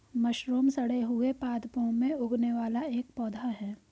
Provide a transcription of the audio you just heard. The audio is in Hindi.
मशरूम सड़े हुए पादपों में उगने वाला एक पौधा है